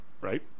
right